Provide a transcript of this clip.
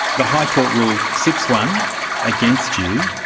the high court ruled six one against you.